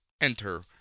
Enter